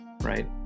right